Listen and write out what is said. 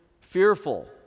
fearful